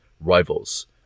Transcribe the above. rivals